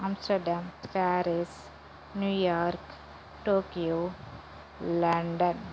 Amsterdam Paris New York Tokyo London